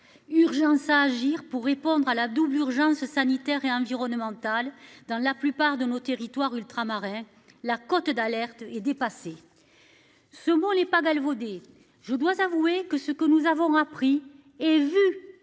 Urgence à agir pour répondre à la double urgence sanitaire et environnemental. Dans la plupart de nos territoires ultramarins, la cote d'alerte est dépassée. Ce mot n'est pas galvaudé, je dois avouer que ce que nous avons appris et vu